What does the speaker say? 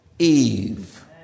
Eve